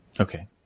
Okay